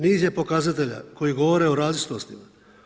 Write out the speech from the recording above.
Niz je pokazatelja koji govore o različitostima.